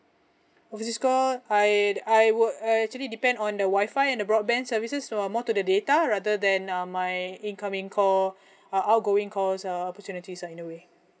overseas call I I would uh actually depend on the Wi-Fi and the broadband services so uh more to the data rather than um my incoming call uh outgoing calls err opportunities uh anyway